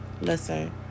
Listen